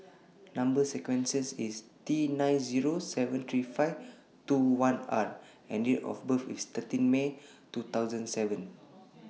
Number sequence IS T nine Zero seven three five two one R and Date of birth IS thirteen March two thousand and seven